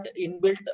inbuilt